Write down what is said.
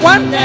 One